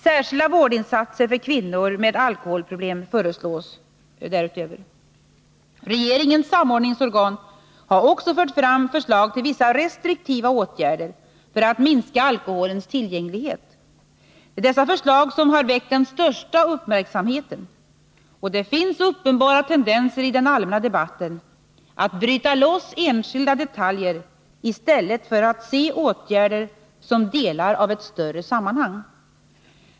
Särskilda vårdinsatser för kvinnor med alkoholproblem föreslås därutöver. Regeringens samordningsorgan har också fört fram förslag till vissa restriktiva åtgärder för att minska alkoholens tillgänglighet. Det är dessa förslag som har väckt den största uppmärksamheten, och det finns uppenbara tendenser i den allmänna debatten att bryta loss enskilda detaljer i stället för att se åtgärder som delar av ett större sammanhang.